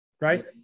right